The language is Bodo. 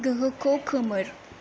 गोहोखौ खोमोर